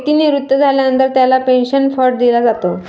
व्यक्ती निवृत्त झाल्यानंतर त्याला पेन्शन फंड दिला जातो